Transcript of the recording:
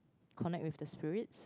connect with the spirits